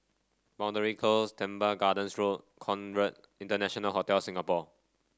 Boundary Close Teban Gardens Road Conrad International Hotel Singapore